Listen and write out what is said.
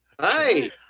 Hi